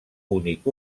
únic